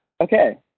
okay